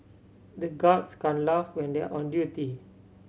the guards can't laugh when they are on duty